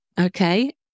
okay